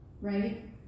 Right